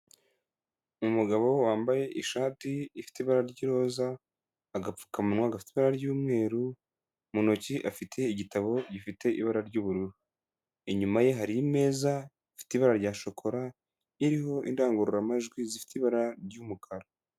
Umugabo wambaye ishati ifite ibara ry' iroza, agapfukamunwa gafite ibara ry'umweru, mu ntoki afite igitabo gifite ibara ry'ubururu. Inyuma ye hari imeza ifite ibara rya shokora, iriho indangururamajwi zifite ibara ry'umukara.